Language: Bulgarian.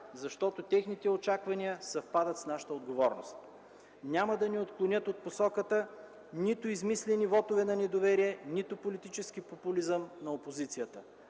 защото техните очаквания съвпадат с нашата отговорност. Няма да ни отклонят от посоката нито измислени вотове на недоверие, нито политическия популизъм на опозицията.